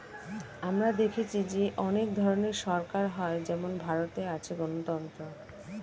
আমরা দেখেছি যে অনেক ধরনের সরকার হয় যেমন ভারতে আছে গণতন্ত্র